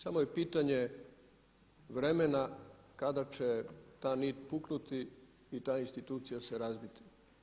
Samo je pitanje vremena kada će ta nit puknuti i ta institucija se razbiti.